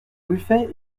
buffet